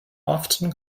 often